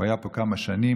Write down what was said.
הוא היה פה כמה שנים.